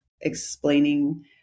explaining